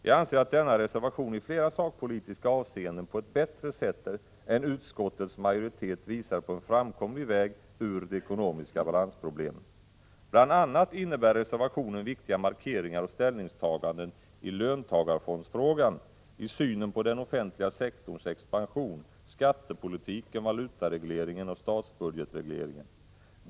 Jag anser att denna reservation i flera sakpolitiska avseenden på ett bättre sätt än utskottets majoritets skrivning visar på en framkomlig väg ur de ekonomiska balansproblemen. Bl. a. innebär reservationen viktiga markeringar och ställningstaganden i löntagarfondsfrågan, i synen på den offentliga sektorns expansion, skattepolitiken, valutaregleringen och statsbudgetregleringen.